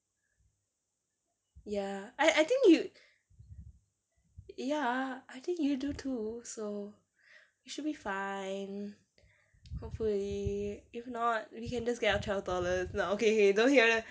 ya I I think you ya I think you do too so you should be fine hopefully if not we can just get our twelve dollars no~ okay okay don't hear leh